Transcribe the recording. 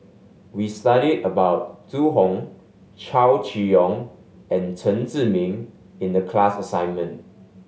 we studied about Zhu Hong Chow Chee Yong and Chen Zhiming in the class assignment